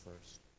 first